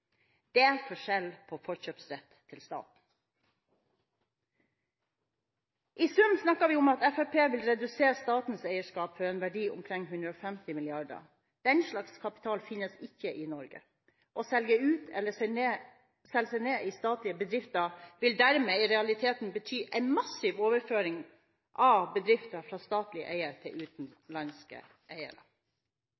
er forskjell på forkjøpsrett til staten. I sum snakker vi om at Fremskrittspartiet vil redusere statens eierskap for en verdi omkring 150 mrd. kr. Den slags kapital finnes ikke i Norge. Å selge ut eller selge seg ned i statlige bedrifter vil dermed i realiteten bety en massiv overføring av bedrifter fra statlig eie til